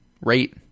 rate